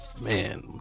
man